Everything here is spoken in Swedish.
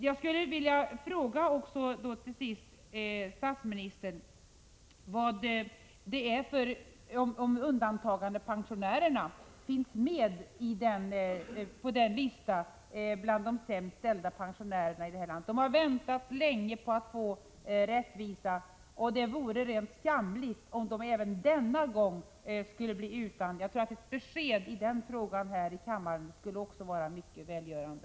Jag skulle slutligen vilja fråga statsministern om undantagandepensionärerna finns med på listan över de sämst ställda pensionärerna i landet. De har väntat länge på att få rättvisa, och det vore rent skamligt om de även denna gång skulle bli utan. Ett besked i den frågan här i kammaren skulle vara mycket välgörande.